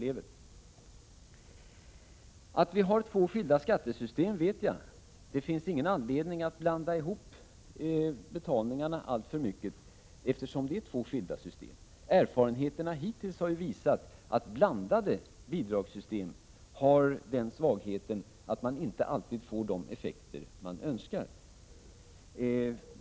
Jag vet att vi har två skilda skattesystem: Det finns ingen anledning att blanda ihop betalningarna alltför mycket, eftersom det är två skilda system. Erfarenheterna har hittills visat att blandade bidragssystem har den svagheten att man inte alltid får de effekter man önskar.